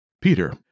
Peter